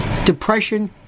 Depression